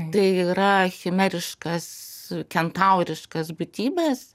tai yra chimeriškas kentautiškas būtybes